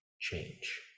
change